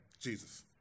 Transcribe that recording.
Jesus